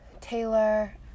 Taylor